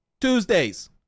Tuesdays